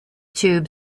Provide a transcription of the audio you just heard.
tube